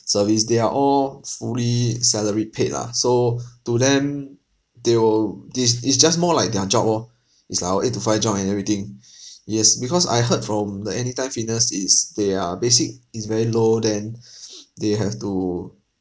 service they are all fully salary paid lah so to them they will this it's just more like their job orh it's like our eight to five job and everything yes because I heard from the anytime fitness is they are basic is very low then they have to